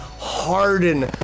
harden